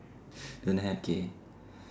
don't have K